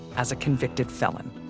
as a convicted felon.